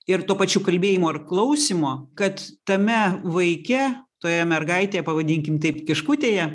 ir tuo pačiu kalbėjimo ir klausymo kad tame vaike toje mergaitėje pavadinkim taip kiškutėje